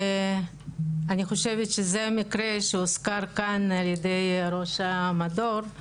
ואני חושבת שזה מקרה שהוזכר כאן על ידי ראש המדור.